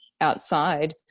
outside